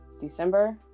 December